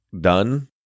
done